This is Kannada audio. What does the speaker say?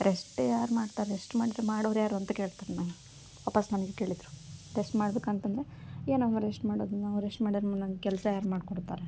ರೆಸ್ಟ್ ಯಾರು ಮಾಡ್ತಾರೆ ರೆಸ್ಟ್ ಮಾಡಿದ್ರೆ ಮಾಡೋರು ಯಾರು ಅಂತ ಕೇಳ್ತಾರೆ ನನ್ನ ವಾಪಸ್ ನನಗೇ ಕೇಳಿದರು ರೆಸ್ಟ್ ಮಾಡ್ಬೇಕು ಅಂತಂದರೆ ಏನಮ್ಮ ರೆಸ್ಟ್ ಮಾಡೋದು ನಾವು ರೆಸ್ಟ್ ಮಾಡಿರೆ ನಮ್ಗೆ ಕೆಲಸ ಯಾರು ಮಾಡ್ಕೊಡ್ತಾರೆ